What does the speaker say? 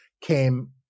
came